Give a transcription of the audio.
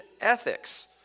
ethics